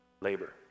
labor